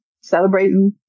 celebrating